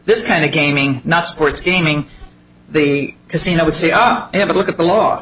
this kind of gaming not sports gaming the casino would say ah have a look at the law